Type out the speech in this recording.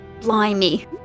Blimey